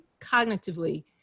cognitively